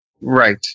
Right